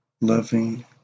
loving